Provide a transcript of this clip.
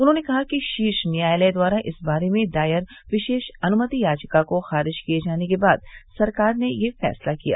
उन्होंने कहा कि शीर्ष न्यायालय द्वारा इस बारे में दायर विशेष अनुमति याचिका को खारिज किये जाने के बाद सरकार ने ये फैसला लिया